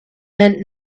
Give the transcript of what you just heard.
meant